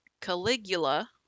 caligula